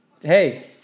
Hey